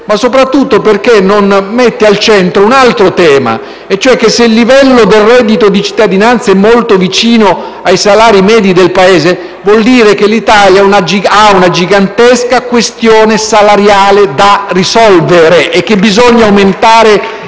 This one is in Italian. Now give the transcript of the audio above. ma soprattutto perché non mette al centro un altro tema: se il livello del reddito di cittadinanza è molto vicino ai salari medi del Paese, vuol dire che l'Italia ha una gigantesca questione salariale da risolvere e che bisogna aumentare